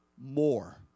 more